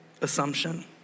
assumption